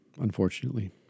unfortunately